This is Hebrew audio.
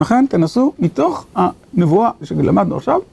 וכן, תנסו מתוך הנבואה שנלמדנו עכשיו.